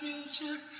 Future